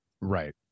Right